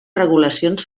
regulacions